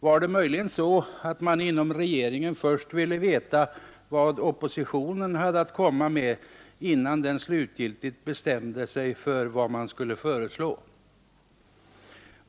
Var det möjligen så, att man inom regeringen först ville veta vad oppositionen hade att komma med, innan man slutgiltigt bestämde sig för vad man skulle föreslå?